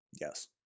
Yes